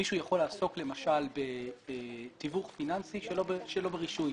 מישהו יכול לעסוק למשל בתיווך פיננסי שלא ברישוי.